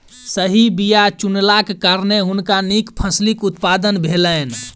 सही बीया चुनलाक कारणेँ हुनका नीक फसिलक उत्पादन भेलैन